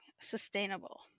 sustainable